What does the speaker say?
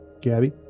Gabby